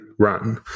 Run